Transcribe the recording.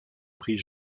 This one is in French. prix